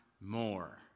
more